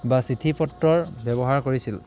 বা চিঠি পত্ৰৰ ব্যৱহাৰ কৰিছিল